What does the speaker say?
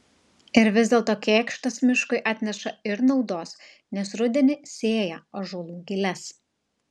ir vis dėlto kėkštas miškui atneša ir naudos nes rudenį sėja ąžuolų giles